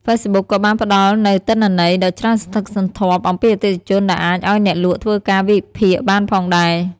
ហ្វេសប៊ុកក៏បានផ្តល់នូវទិន្នន័យ ដ៏ច្រើនសន្ធឹកសន្ធាប់អំពីអតិថិជនដែលអាចឱ្យអ្នកលក់ធ្វើការវិភាគបានផងដែរ។